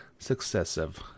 successive